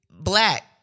Black